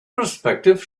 prospective